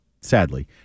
sadly